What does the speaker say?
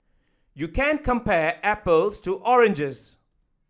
you can't compare apples to oranges